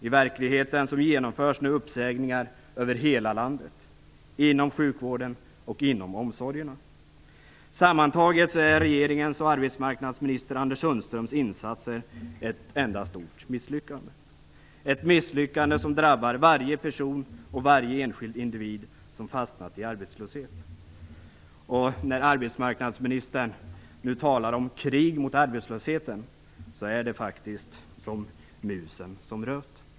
I verkligheten genomförs nu uppsägningar över hela landet inom sjukvården och inom omsorgen. Sammantaget är regeringens och arbetsmarknadsminister Anders Sundströms insatser ett enda stort misslyckande. Ett misslyckande som drabbar varje person och varje enskild individ som fastnat i arbetslöshet. När arbetsmarknadsministern nu talar om krig mot arbetslösheten är det faktiskt som musen som röt.